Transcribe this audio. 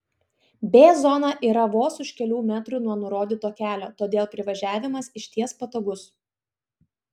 b zona yra vos už kelių metrų nuo nurodyto kelio todėl privažiavimas išties patogus